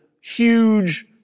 huge